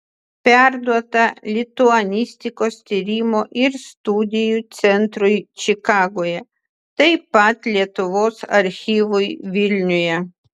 perduota lituanistikos tyrimo ir studijų centrui čikagoje taip pat lietuvos archyvui vilniuje